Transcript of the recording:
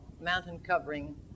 mountain-covering